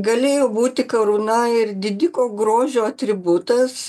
galėjo būti karūna ir didiko grožio atributas